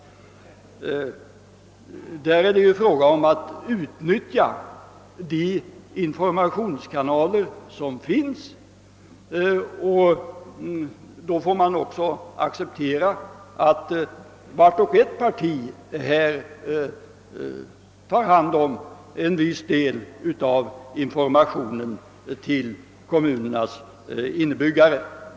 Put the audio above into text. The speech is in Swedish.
Eftersom de informationskanaler som finns måste utnyttjas bör man också acceptera, att vart och ett av de politiska partierna tar hand om en viss del av denna information till kommunernas invånare.